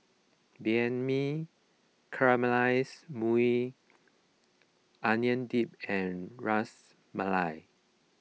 Banh Mi Caramelized Maui Onion Dip and Ras Malai